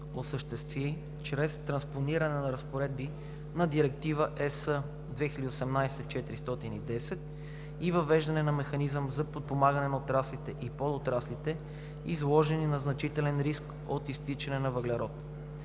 осъществи чрез транспониране на разпоредби на Директива (ЕС) 2018/410 и въвеждане на механизъм за подпомагане на отраслите и подотраслите, изложени на значителен риск от „изтичане на въглерод“,